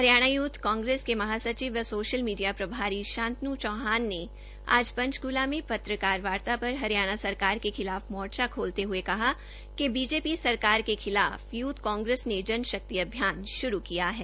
Haryana youth Congress के महासचिव व सोशल मीडिया प्रभारी शांतनु चौहान ने आज पंचकूला में पत्रकार वार्ता कर हरियाणा सरकार के खिलाफ मोर्चा खोलते हए कहाकि बीजेपी सरकार के खिलाफ यूथ कांग्रेस ने जनशक्ति अभियान शुरू किया है